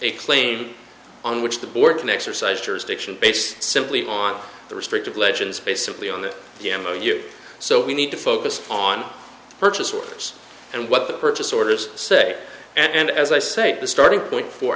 a claim on which the board can exercise jurisdiction based simply on the restrictive legend's basically on that you so we need to focus on the purchase orders and what the purchase orders say and as i say the starting point for